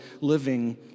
living